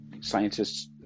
scientists